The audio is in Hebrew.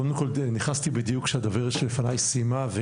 קודם כול נכנסתי בדיוק שהדוברת לפניי סיימה,